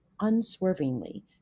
unswervingly